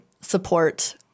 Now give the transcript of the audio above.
support